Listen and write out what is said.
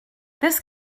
this